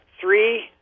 three